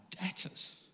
debtors